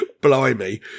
Blimey